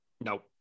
No